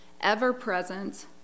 ever-present